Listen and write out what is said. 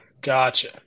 Gotcha